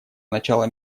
начала